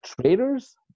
traders